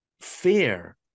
fear